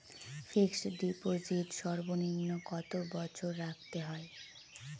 Fixed deposit সর্বনিম্ন কত বছর রাখতে হয়?